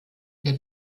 der